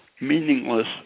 meaningless